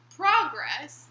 progress